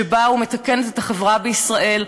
שבאה ומתקנת את החברה בישראל,